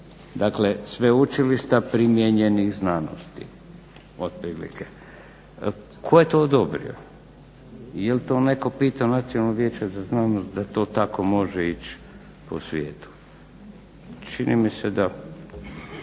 Dakle, sveučilišta primijenjenih znanosti, otprilike. Tko je to odobrio? Jer to netko pitao Nacionalno vijeće za znanost da to tako može ići po svijetu? Čini mi se da